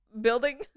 building